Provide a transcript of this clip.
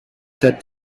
said